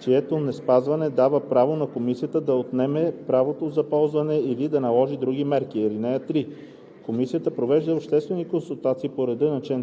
чието неспазване дава право на комисията да отнеме правото за ползване или да наложи други мерки. (3) Комисията провежда обществени консултации по реда на чл.